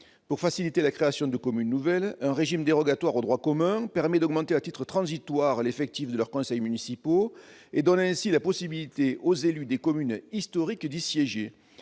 Pour faciliter la création de communes nouvelles, un régime dérogatoire au droit commun permet d'augmenter à titre transitoire l'effectif de leurs conseils municipaux et donne ainsi la possibilité aux élus des communes historiques d'y siéger.